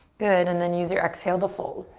good, and then use your exhale to fold.